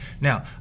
Now